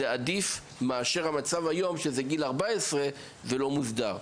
זה עדיף מאשר המצב היום שהוא גיל 14 ואינו מוסדר.